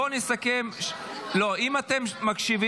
הצעה לסדר-היום ב-12:00 שהחות'ים רובם